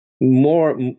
more